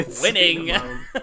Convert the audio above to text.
Winning